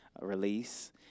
release